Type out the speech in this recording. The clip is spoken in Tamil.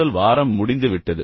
முதல் வாரம் முடிந்துவிட்டது